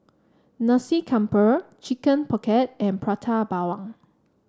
Nasi Campur Chicken Pocket and Prata Bawang